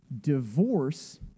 divorce